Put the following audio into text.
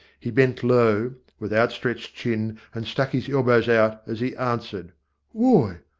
he bent low, with outstretched chin, and stuck his elbows out as he answered wy,